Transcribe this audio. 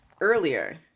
earlier